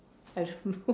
I don't know